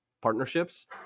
partnerships